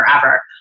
forever